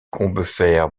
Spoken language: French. combeferre